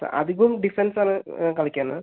അധികവും ഡിഫെൻസറ് കളിക്കുകയാണ്